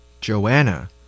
Joanna